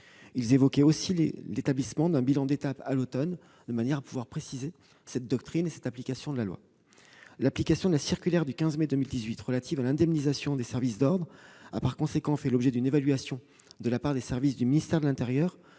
Ils évoquaient également l'établissement d'un bilan d'étape à l'automne, afin de préciser cette doctrine et l'application de la loi. L'application de la circulaire du 15 mai 2018 relative à l'indemnisation des services d'ordre a par conséquent fait l'objet d'une évaluation de la part des services du ministère de l'intérieur